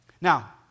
Now